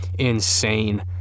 insane